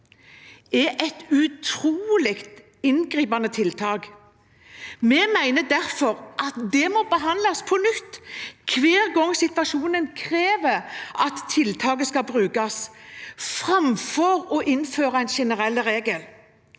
er et utrolig inngripende tiltak. Vi mener derfor at det må behandles på nytt hver gang situasjonen krever at tiltaket skal brukes, framfor å innføre en generell regel.